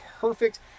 perfect